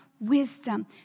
wisdom